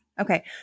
Okay